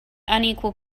unequal